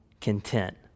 content